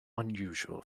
unusual